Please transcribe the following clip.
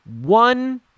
one